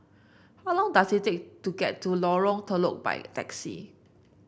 how long does it take to get to Lorong Telok by taxi